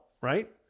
right